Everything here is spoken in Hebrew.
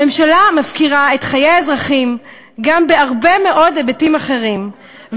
הממשלה מפקירה את חיי האזרחים גם בהרבה מאוד היבטים אחרים,